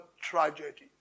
tragedy